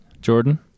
Jordan